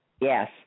Yes